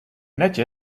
netje